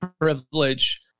privilege